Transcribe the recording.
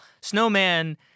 snowman